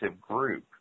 group